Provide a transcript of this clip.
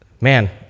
man